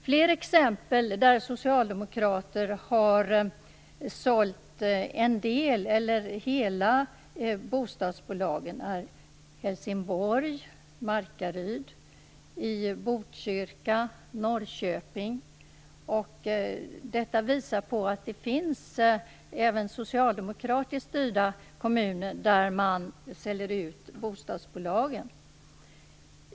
Fler exempel på ställen där socialdemokrater har sålt en del av eller hela bostadsbolag är Helsingborg, Markaryd, Botkyrka och Norrköping. Detta visar att det finns även socialdemokratiskt styrda kommuner där man säljer ut bostadsbolagen.